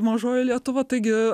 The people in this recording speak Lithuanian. mažoji lietuva taigi